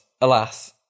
alas